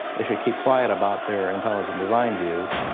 they should keep quiet about their intelligent design views.